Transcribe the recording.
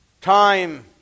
time